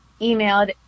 emailed